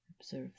Observe